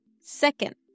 Second